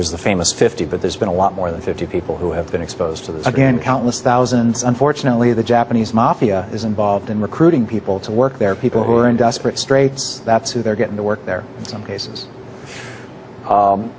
the famous fifty but there's been a lot more than fifty people who have been exposed to this again countless thousands unfortunately the japanese mafia is involved in recruiting people to work there are people who are in desperate straits that's who they're getting to work there are some cases